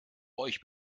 euch